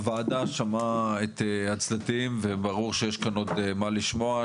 הוועדה שמעה את הצדדים וברור שיש כאן עוד מה לשמוע.